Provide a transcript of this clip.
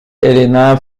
helena